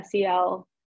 SEL